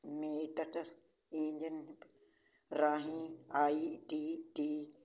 meted engine ਰਾਹੀਂ I T T